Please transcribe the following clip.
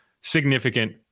significant